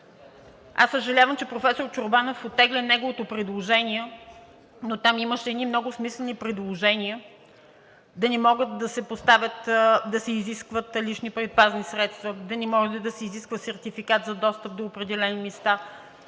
Аз съжалявам, че професор Чорбанов оттегли неговото предложение, но там имаше едни много смислени предложения – да не може да се изискват лични предпазни средства, да не може да се изисква сертификат за достъп до определени места,